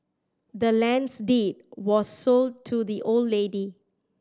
the land's deed was sold to the old lady